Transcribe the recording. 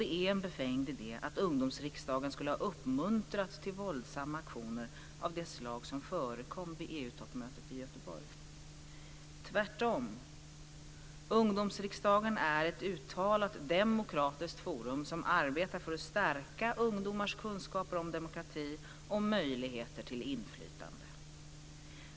Det är en befängd idé att Ungdomsriksdagen skulle ha uppmuntrat till våldsamma aktioner av det slag som förekom vid EU-toppmötet i Göteborg. Tvärtom är Ungdomsriksdagen ett uttalat demokratiskt forum som arbetar för att stärka ungdomars kunskaper om demokrati och möjligheter till inflytande.